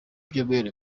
ibyumweru